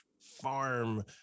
farm